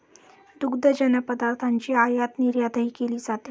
दुग्धजन्य पदार्थांची आयातनिर्यातही केली जाते